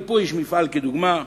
יש פה מפעל לדוגמה,